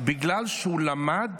בגלל שהוא למד